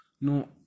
no